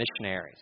missionaries